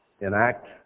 enact